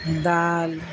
دال